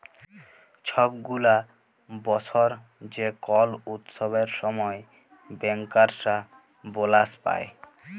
ছব গুলা বসর যে কল উৎসবের সময় ব্যাংকার্সরা বলাস পায়